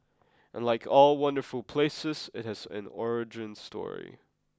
and like all wonderful places it has an origin story